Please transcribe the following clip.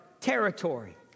territory